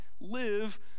live